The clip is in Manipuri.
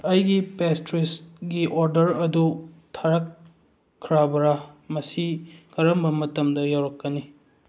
ꯑꯩꯒꯤ ꯄ꯭ꯔꯦꯁꯇꯤꯁꯒꯤ ꯑꯣꯔꯗꯔ ꯑꯗꯨ ꯊꯥꯔꯛꯈ꯭ꯔꯕꯔ ꯃꯁꯤ ꯀꯔꯝꯕ ꯃꯇꯝꯗ ꯌꯧꯔꯛꯀꯅꯤ